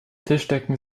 tischdecken